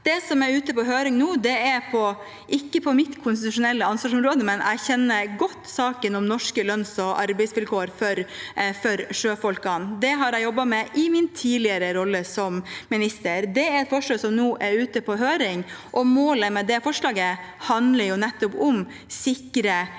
Det som er ute på høring nå, er ikke på mitt konstitusjonelle ansvarsområde, men jeg kjenner godt saken om norske lønns- og arbeidsvilkår for sjøfolkene. Det har jeg jobbet med i min tidligere rolle som minister. Det er et forslag som nå er ute på høring, og målet med forslaget er nettopp å sikre